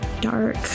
dark